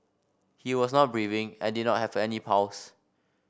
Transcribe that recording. he was not breathing and did not have any pulse